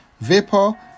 vapor